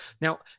now